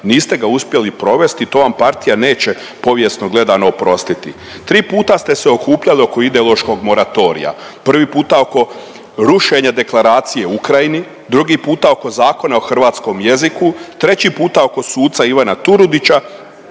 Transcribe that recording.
niste ga uspjeli provesti i to vam partija neće povijesno gledano oprostiti. Tri puta ste se okupljali oko ideološkog moratorija, prvi puta oko rušenja Deklaracije o Ukrajini, drugi puta oko Zakona o hrvatskom jeziku, treći puta oko suca Ivana Turudića